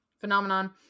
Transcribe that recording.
phenomenon